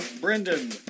brendan